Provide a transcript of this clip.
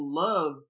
love